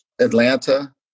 Atlanta